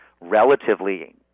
relatively